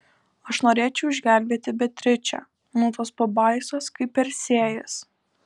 aš norėčiau išgelbėti beatričę nuo tos pabaisos kaip persėjas